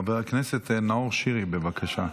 חבר הכנסת נאור שירי, בבקשה.